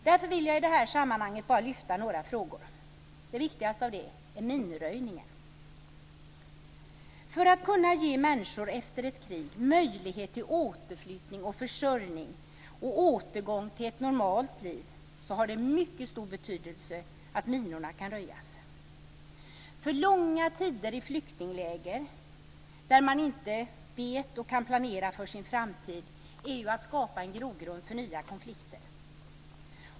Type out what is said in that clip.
Därför vill jag i det här sammanhanget bara lyfta några frågor, och den viktigaste är minröjningen. För att kunna ge människor efter ett krig möjlighet till återflyttning, försörjning och återgång till ett normalt liv har det mycket stor betydelse att minorna kan röjas. Långa tider i flyktingläger, där man inte vet och kan planera för sin framtid, skapar en grogrund för nya konflikter.